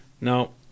No